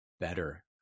better